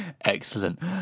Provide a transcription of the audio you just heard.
excellent